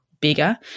bigger